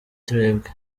twebwe